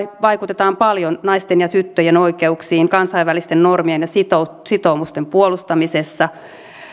vaikutamme paljon naisten ja tyttöjen oikeuksiin kansainvälisten normien ja sitoumusten puolustamisessa